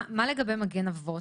מה לגבי מגן אבות?